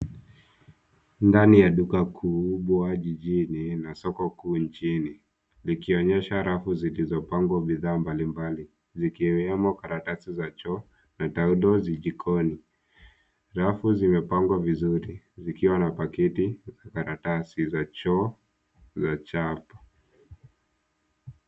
Ndani ya duka kubwa jijini na soko kuu nchini likonyesha rafu zilizopangwa bidhaa mbalimbali zikiwemo karatasi za choo na taulo za jikoni. Rafu zimepangwa vizuri zikiwa na pakiti za karatasi za choo za chap.